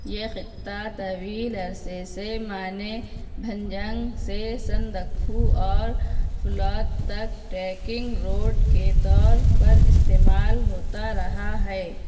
یہ خطہ طویل عرصے سے مانے بھنجنگ سے سندکفو اور پھلوت تک ٹریکنگ روٹ کے طور پر استعمال ہوتا رہا ہے